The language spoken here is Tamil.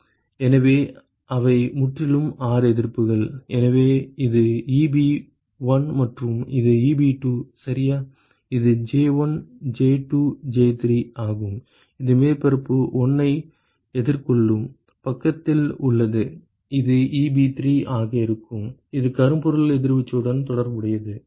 எனவே அவை முற்றிலும் 6 எதிர்ப்புகள் எனவே இது Eb1 மற்றும் இது Eb2 சரியா இது J1 J2 J3 ஆகும் இது மேற்பரப்பு 1 ஐ எதிர்கொள்ளும் பக்கத்தில் உள்ளது இது Eb3 ஆக இருக்கும் இது கரும்பொருள் கதிர்வீச்சுடன் தொடர்புடையது